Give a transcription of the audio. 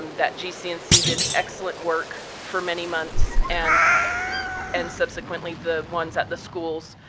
um that gcnc did excellent work for many months, and and subsequently the ones at the schools.